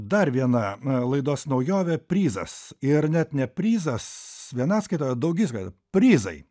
dar viena laidos naujovė prizas ir net ne prizas vienaskaita o daugiskaita prizai